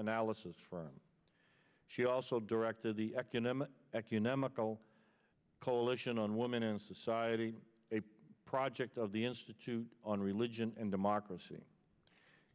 analysis for she also directed the economic economical coalition on women and society a project of the institute on religion and democracy